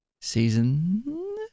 Season